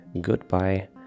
goodbye